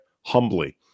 humbly